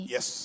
Yes